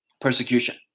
persecution